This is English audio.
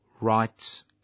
rights